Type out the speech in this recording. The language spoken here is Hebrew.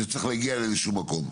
זה צריך להגיע לאיזשהו מקום.